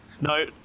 No